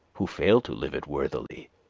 who fail to live it worthily,